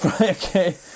Okay